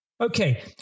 Okay